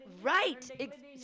Right